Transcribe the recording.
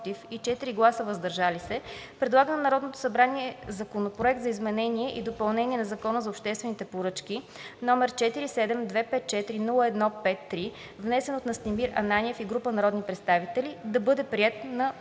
и 4 гласа „въздържал се“ предлага на Народното събрание Законопроект за изменение и допълнение на Закона за обществените поръчки, № 47-254-01-53, внесен от Настимир Ананиев и група народни представители, да бъде приет на